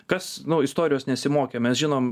kas nu istorijos nesimokė mes žinom